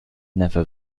never